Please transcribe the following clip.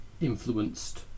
influenced